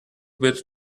bit